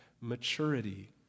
maturity